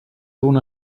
una